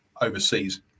overseas